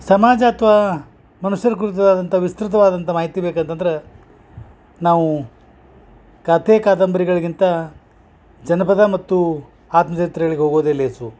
ಸಮಾಜ ಅಥ್ವಾ ಮುನುಷ್ಯರ ಕುರಿತಾದಂಥ ವಿಸ್ತ್ರಿತವಾದಂಥ ಮಾಹಿತಿ ಬೇಕಂತಂದ್ರ ನಾವು ಕಥೆ ಕಾದಂಬರಿಗಳಿಗಿಂತ ಜನಪದ ಮತ್ತು ಆತ್ಮಚರಿತ್ರೆಗಳಿಗ ಹೋಗೋದೆ ಲೇಸು